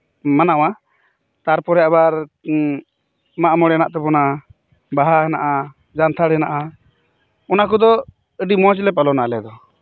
ᱢᱟᱱᱟᱣᱟ ᱛᱟᱨᱯᱚᱨᱮ ᱟᱵᱟᱨ ᱢᱟᱜᱢᱚᱬᱮ ᱦᱮᱱᱟᱜ ᱛᱟᱵᱚᱱᱟ ᱵᱟᱦᱟ ᱦᱮᱱᱟᱜᱼᱟ ᱡᱟᱱᱛᱷᱟᱲ ᱦᱮᱱᱟᱜᱼᱟ ᱚᱱᱟ ᱠᱚᱫᱚ ᱟᱹᱰᱤ ᱢᱚᱸᱡᱽ ᱞᱮ ᱯᱟᱞᱚᱱᱟ ᱟᱞᱮᱫᱚ